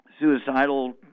suicidal